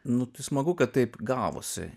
nu tai smagu kad taip gavosi